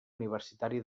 universitari